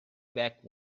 back